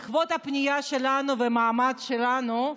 לכבוד הפנייה שלנו והמעמד שלנו,